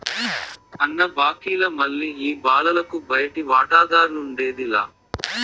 అన్న, బాంకీల మల్లె ఈ బాలలకు బయటి వాటాదార్లఉండేది లా